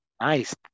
Nice